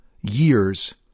years